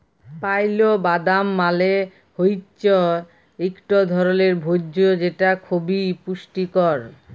pile বাদাম মালে হৈচ্যে ইকট ধরলের ভোজ্য যেটা খবি পুষ্টিকর